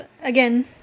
again